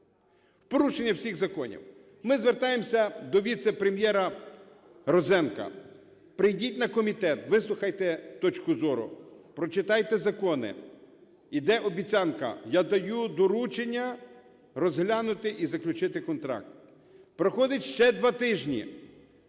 порушення всіх законів! Ми звертаємось до віце-прем'єра Розенка: "Прийдіть на комітет, вислухайте точку зору, прочитайте закони". Іде обіцянка: я даю доручення розглянути і заключити контакт. Проходить ще два тижні.